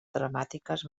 dramàtiques